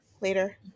later